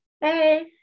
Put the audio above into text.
hey